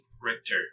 Richter